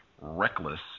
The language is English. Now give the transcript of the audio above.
reckless